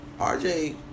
RJ